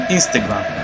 Instagram